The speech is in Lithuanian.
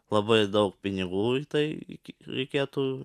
labai daug pinigų į tai reikėtų